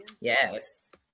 Yes